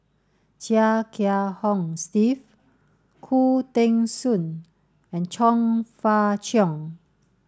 Chia Kiah Hong Steve Khoo Teng Soon and Chong Fah Cheong